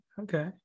Okay